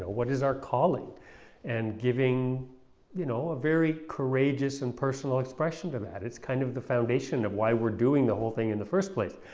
what is our calling and giving you know a very courageous and personal expression to that, it's kind of the foundation of why we're doing the whole thing in the first place.